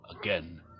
again